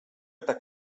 eta